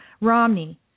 Romney